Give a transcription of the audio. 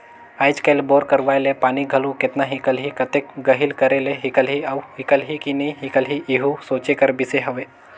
आएज काएल बोर करवाए ले पानी घलो केतना हिकलही, कतेक गहिल करे ले हिकलही अउ हिकलही कि नी हिकलही एहू सोचे कर बिसे हवे